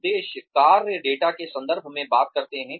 उद्देश्य कार्य डेटा के संदर्भ में बात करते हैं